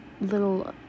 little